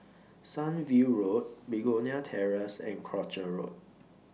Sunview Road Begonia Terrace and Croucher Road